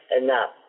enough